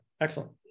Excellent